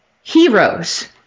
heroes